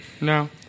no